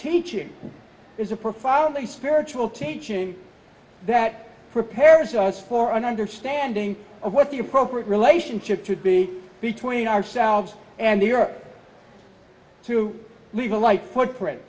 teaching is a profoundly spiritual teaching that prepares us for an understanding of what the appropriate relationship should be between ourselves and the europe to leave a light footprint